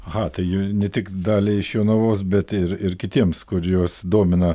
atveju ne tik dalį iš jonavos bet ir ir kitiems kuriuos domina